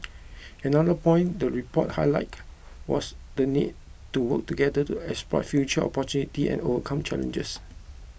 another point the report highlighted was the need to work together to exploit future opportunity and overcome challenges